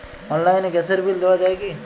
অনলাইনে গ্যাসের বিল দেওয়া যায় কি?